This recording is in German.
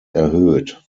erhöht